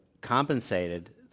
compensated